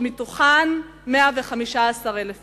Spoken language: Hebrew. ומתוכן 115,000 ילדים.